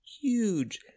huge